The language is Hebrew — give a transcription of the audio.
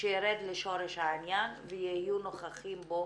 שירד לשורש העניין ויהיו נוכחים בו